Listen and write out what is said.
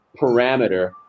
parameter